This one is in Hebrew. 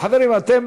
חברים, אתם